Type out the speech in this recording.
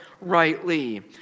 rightly